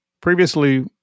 previously